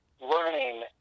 learning